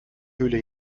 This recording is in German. höhle